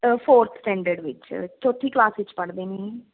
fourth standard ਵਿੱਚ ਚੌਥੀ class ਵਿਚ ਪੜ੍ਹਦੇ ਨੇ